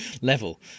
level